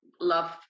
love